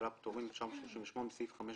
בסדר.